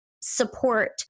support